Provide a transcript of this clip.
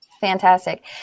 Fantastic